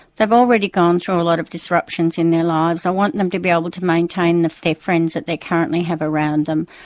they've already gone through a lot of disruptions in their lives i want them to be able to maintain the friends that they currently have around them.